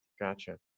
Gotcha